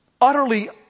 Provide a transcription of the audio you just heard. utterly